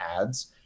ads